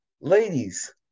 Ladies